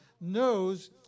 knows